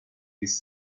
this